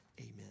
amen